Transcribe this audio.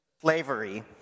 slavery